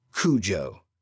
Cujo